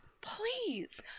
please